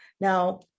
Now